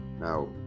Now